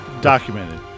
Documented